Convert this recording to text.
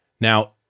Now